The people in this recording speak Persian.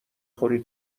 خوری